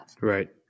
right